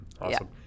Awesome